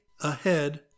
ahead